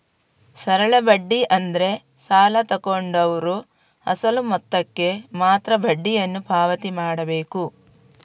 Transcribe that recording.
ಸರಳ ಬಡ್ಡಿ ಅಂದ್ರೆ ಸಾಲ ತಗೊಂಡವ್ರು ಅಸಲು ಮೊತ್ತಕ್ಕೆ ಮಾತ್ರ ಬಡ್ಡಿಯನ್ನು ಪಾವತಿ ಮಾಡ್ಬೇಕು